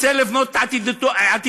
רוצה לבנות את עתידו,